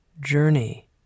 journey